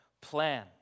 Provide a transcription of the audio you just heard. plan